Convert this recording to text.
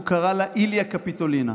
הוא קרא לה "איליה קפיטולינה".